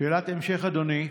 שאלת המשך, אדוני.